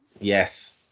Yes